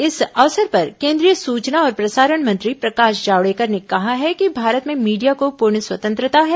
इस अवसर पर केंद्रीय सूचना और प्रसारण मंत्री प्रकाश जावड़ेकर ने कहा है कि भारत में मीडिया को पूर्ण स्वतंत्रता है